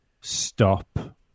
stop